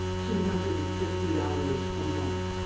two hundred and fifty dollars a month,